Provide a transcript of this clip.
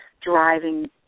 driving